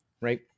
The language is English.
Right